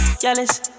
jealous